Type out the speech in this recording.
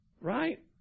Right